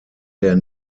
der